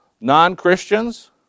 non-Christians